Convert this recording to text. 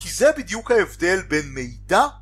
כי זה בדיוק ההבדל בין מידע